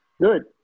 Good